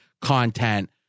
content